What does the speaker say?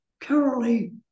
currently